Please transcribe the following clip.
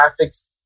Graphics